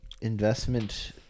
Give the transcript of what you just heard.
investment